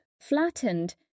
flattened